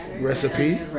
recipe